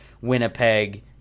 Winnipeg